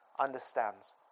understands